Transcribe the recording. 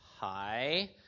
hi